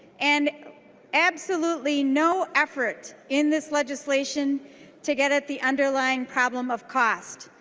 and absolutely no effort in this legislation to get at the underlying problem of cost.